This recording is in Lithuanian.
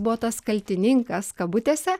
buvo tas kaltininkas kabutėse